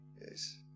Yes